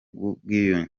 n’ubwiyunge